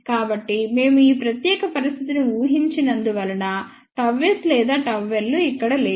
కాబట్టి మేము ఈ ప్రత్యేక పరిస్థితిని ఊహించినందువలన ΓS లేదా ΓL లు ఇక్కడ లేవు